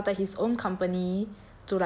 and then he started his own company